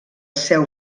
seu